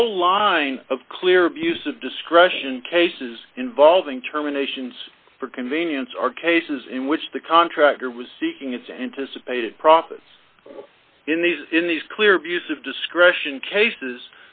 whole line of clear abuse of discretion cases involving terminations for convenience are cases in which the contractor was seeking its anticipated profits in these in these clear abuse of discretion cases